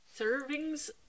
Servings